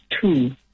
two